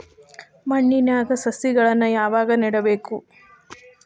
ಮಣ್ಣಿನ್ಯಾಗ್ ಸಸಿಗಳನ್ನ ಯಾವಾಗ ನೆಡಬೇಕು?